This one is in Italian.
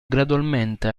gradualmente